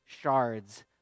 shards